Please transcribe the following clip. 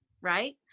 right